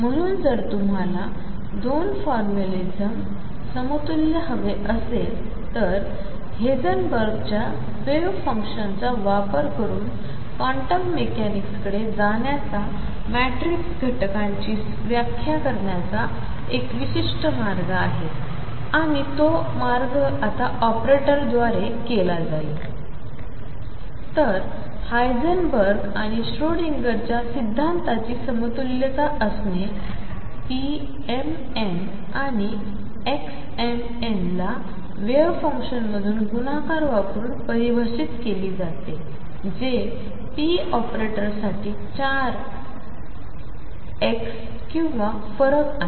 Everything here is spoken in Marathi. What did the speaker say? म्हणून जर तुम्हाला 2 फॉर्म्युलिझम समतुल्य हवे असेल तर हायझेनबर्गच्या वेव्ह फंक्शनचा वापर करून क्वांटम मेकॅनिक्सकडे जाण्याच्या मॅट्रिक्स घटकांची व्याख्या करण्याचा एक विशिष्ट मार्ग आहे आणि तो मार्ग आता ऑपरेटरद्वारे केला जाईल तर हायसेनबर्ग आणि श्रोडिंगरच्या सिद्धांताची समतुल्यता असणे pmnआणि xmn ला वेव्ह फंक्शन्समधून गुणाकार वापरून परिभाषित केले जाते जे p ऑपरेटरसाठी चार x किंवा फरक आहे